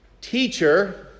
Teacher